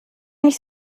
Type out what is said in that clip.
nicht